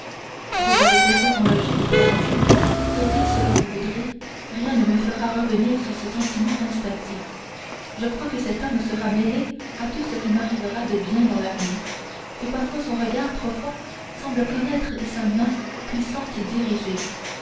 vous avez raison en logique valentine mais dites ce que vous voudrez rien ne me fera revenir sur ce sentiment instinctif je crois que cet homme sera mêlé à tout ce qui m'arrivera de bien dans l'avenir que parfois son regard profond semble connaître et sa main puissante diriger